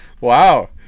Wow